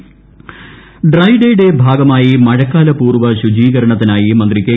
dry day dry ഡേയുടെ ഭാഗമായി മഴക്കാലപൂർവ്വ ശുചീകരണത്തിനായി മന്ത്രി കെ